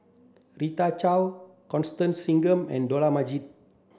Rita Chao Constance Singam and Dollah Majid